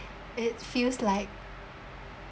it feels like